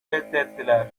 reddettiler